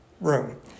room